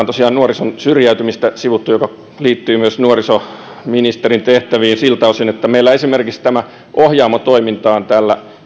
tosiaan sivuttu nuorison syrjäytymistä joka liittyy myös nuorisoministerin tehtäviin siltä osin että meillä esimerkiksi tämä ohjaamo toiminta on tällä